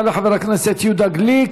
יעלה חבר הכנסת יהודה גליק.